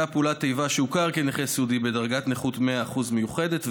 פעולת איבה שהוכר כנכה סיעודי בדרגת נכות 100% מיוחדת,